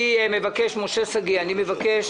אני מבקש